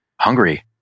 hungry